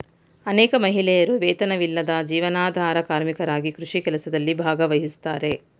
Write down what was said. ಅನೇಕ ಮಹಿಳೆಯರು ವೇತನವಿಲ್ಲದ ಜೀವನಾಧಾರ ಕಾರ್ಮಿಕರಾಗಿ ಕೃಷಿ ಕೆಲಸದಲ್ಲಿ ಭಾಗವಹಿಸ್ತಾರೆ